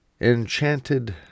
enchanted